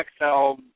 Excel